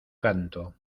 canto